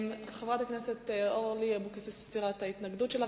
חברת הכנסת אורלי אבקסיס הסירה את התנגדותה.